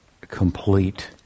complete